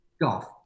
Golf